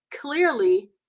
Clearly